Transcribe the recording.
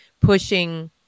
pushing